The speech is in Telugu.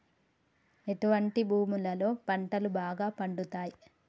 ఎటువంటి భూములలో పంటలు బాగా పండుతయ్?